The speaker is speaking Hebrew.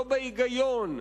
לא בהיגיון,